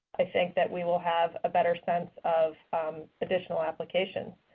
i think that we will have a better sense of additional applications.